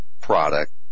product